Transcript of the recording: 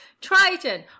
Triton